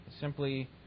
simply